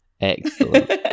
Excellent